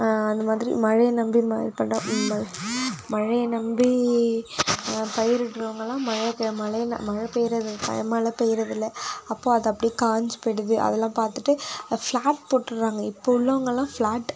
அந்தமாதிரி மழையை நம்பி மழையை நம்பி பயிரிடுறவங்களாம் மழை மழை மழை பெயிறது மழை பெய்யிறதில்ல அப்போது அதை அப்படியே காஞ்சு போயிடுது அதெலாம் பார்த்துட்டு ஃபிளாட் போட்டுடறாங்க இப்போ உள்ளவங்கள்லாம் ஃபிளாட்